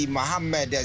Muhammad